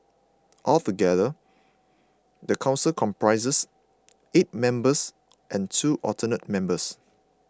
altogether the council comprises eight members and two alternate members